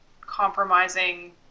compromising